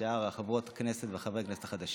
ושאר חברות הכנסת וחברי הכנסת החדשים.